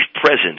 presence